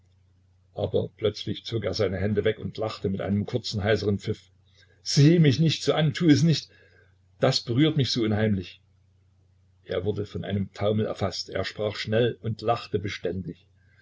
aber plötzlich zog er seine hände weg und lachte mit einem kurzen heiseren pfiff sieh mich nicht so an tu es nicht das berührt mich so unheimlich er wurde von einem taumel erfaßt er sprach schnell und lachte beständig